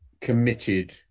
committed